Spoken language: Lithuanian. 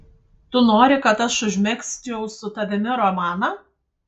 tu nori kad aš užmegzčiau su tavimi romaną